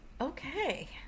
Okay